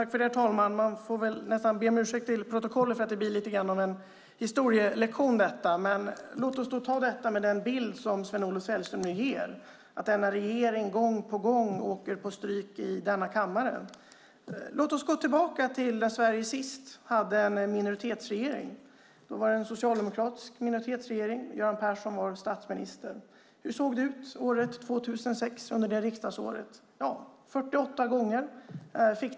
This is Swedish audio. Herr talman! Jag får be om ursäkt till protokollet för att det här blir en historielektion. Sven-Olof Sällström målar upp en bild av att denna regering gång på gång åker på stryk här i kammaren. Låt oss gå tillbaka till när Sverige senast hade en minoritetsregering. Det var en socialdemokratisk minoritetsregering där Göran Persson var statsminister. Hur såg det ut riksdagsåret 2006?